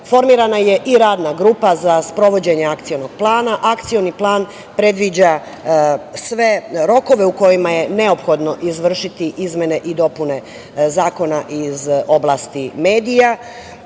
formirana je radna grupa za sprovođenje akcionog plana, a akcioni plan predviđa sve rokove u kojima je neophodno izvršiti izmene i dopune zakona iz oblasti medija. Zakon